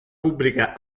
pubblica